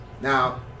Now